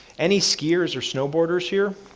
any skiers or snowboarders here?